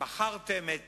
בחרתם את